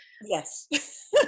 Yes